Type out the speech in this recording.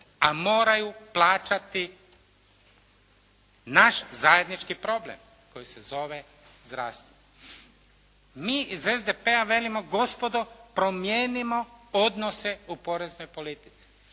a moraju plaćati naš zajednički problem koji se zove zdravstvo. Mi iz SDP-a velimo, gospodo promijenimo odnose u poreznoj politici.